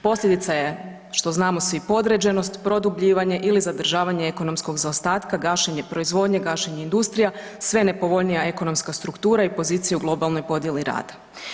Posljedica je, što znamo svi, podređenost, produbljivanje ili zadržavanje ekonomskog zaostatka, gašenje proizvodnje, gašenje industrija, sve nepovoljnija ekonomska struktura i pozicija u globalnoj podijeli rada.